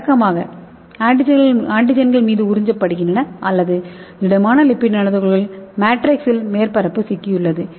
வழக்கமாக ஆன்டிஜென்கள் மீது உறிஞ்சப்படுகின்றன அல்லது திடமான லிப்பிட் நானோ துகள்களின் மேட்ரிக்ஸில் மேற்பரப்பு சிக்கியுள்ளது